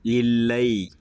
இல்லை